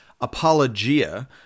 apologia